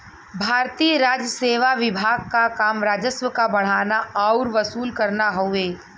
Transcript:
भारतीय राजसेवा विभाग क काम राजस्व क बढ़ाना आउर वसूल करना हउवे